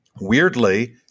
weirdly